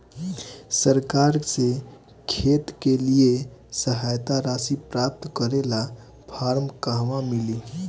सरकार से खेत के लिए सहायता राशि प्राप्त करे ला फार्म कहवा मिली?